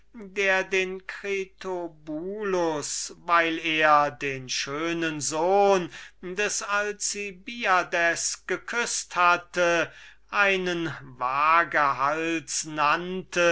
der den critobulus weil er den schönen knaben des alcibiades geküßt hatte einen wagehals nannte